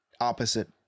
opposite